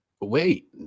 Wait